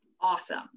Awesome